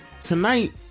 tonight